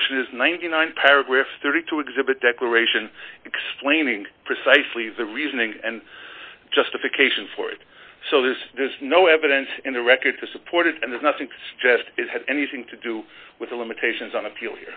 commission is ninety nine paragraph thirty two exhibit declaration explaining precisely the reasoning and justification for it so that there's no evidence in the record to support it and there's nothing to suggest it had anything to do with the limitations on appeal